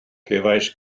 cefais